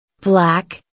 Black